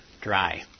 dry